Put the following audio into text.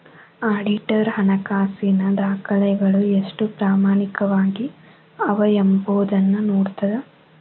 auditor ಹಣಕಾಸಿನ ದಾಖಲೆಗಳು ಎಷ್ಟು ಪ್ರಾಮಾಣಿಕವಾಗಿ ಅವ ಎಂಬೊದನ್ನ ನೋಡ್ತದ